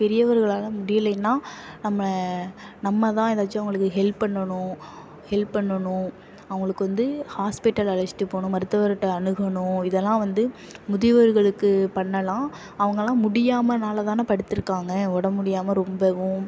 பெரியவர்களால் முடியலைன்னா நம்ம நம்மதான் ஏதாச்சும் அவங்களுக்கு ஹெல்ப் பண்ணணும் ஹெல்ப் பண்ணணும் அவங்களுக்கு வந்து ஹாஸ்பிட்டல் அழைச்சிட்டு போகணும் மருத்துவர்ட்ட அணுகணும் இதெல்லாம் வந்து முதியோர்களுக்கு பண்ணலாம் அவங்களாம் முடியாமனால் தானே படுத்திருக்காங்க உடம்பு முடியாமல் ரொம்பவும்